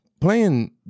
playing